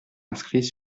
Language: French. inscrits